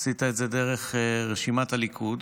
עשית את זה דרך רשימת הליכוד.